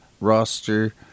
roster